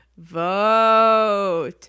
vote